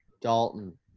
Dalton